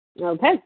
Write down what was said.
Okay